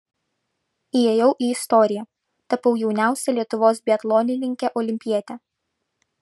įėjau į istoriją tapau jauniausia lietuvos biatlonininke olimpiete